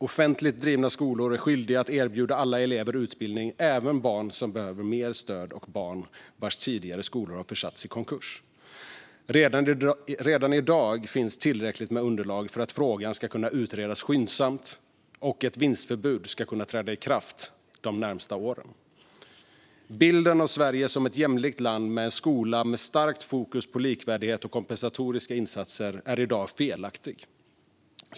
Offentligt drivna skolor är skyldiga att erbjuda alla elever utbildning, även barn som behöver mer stöd och barn vars tidigare skolor har försatts i konkurs. Redan i dag finns tillräckligt med underlag för att frågan ska kunna utredas skyndsamt och för att ett vinstförbud ska kunna träda i kraft de närmaste åren. Bilden av Sverige som ett jämlikt land med en skola med starkt fokus på likvärdighet och kompensatoriska insatser är i dag felaktig.